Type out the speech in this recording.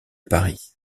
paris